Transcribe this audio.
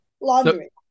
Laundry